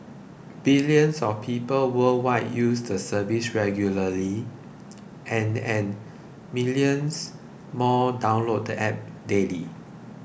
billions of people worldwide use the service regularly and and millions more download the App daily